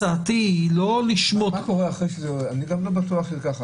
הצעתי היא לא --- אני לגמרי לא בטוח שזה כך.